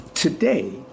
Today